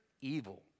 evil